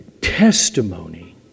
testimony